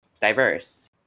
diverse